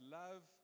love